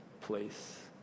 place